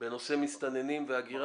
בנושא מסתננים והגירה?